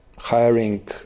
hiring